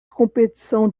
competição